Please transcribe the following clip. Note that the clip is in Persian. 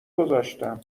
گذاشتم